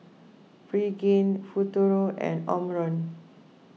Pregain Futuro and Omron